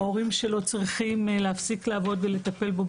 ההורים שלו צריכים להפסיק לעבוד כדי לטפל בו,